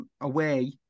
away